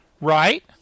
right